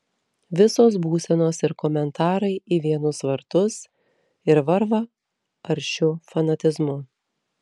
visos būsenos ir komentarai į vienus vartus ir varva aršiu fanatizmu